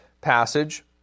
passage